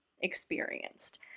experienced